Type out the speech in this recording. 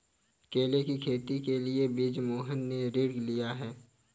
केले की खेती के लिए बृजमोहन ने ऋण लिया है